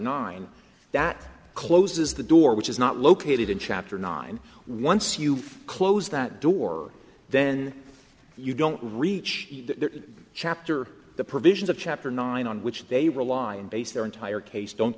nine that closes the door which is not located in chapter nine once you close that door then you don't reach that chapter the provisions of chapter nine on which they rely on base their entire case don't